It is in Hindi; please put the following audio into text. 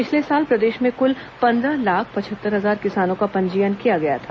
पिछले साल प्रदेश में कुल पंद्रह लाख पचहत्तर हजार किसानों का पंजीयन किया गया था